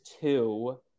two